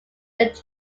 but